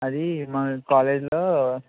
అదీ మా కాలేజ్లో